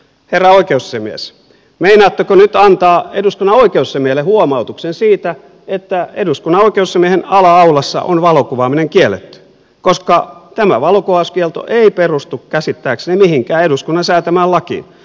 herra oikeusasiamies meinaatteko nyt antaa eduskunnan oikeusasiamiehelle huomautuksen siitä että eduskunnan oikeusasiamiehen ala aulassa on valokuvaaminen kielletty koska tämä valokuvauskielto ei perustu käsittääkseni mihinkään eduskunnan säätämään lakiin